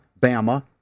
Bama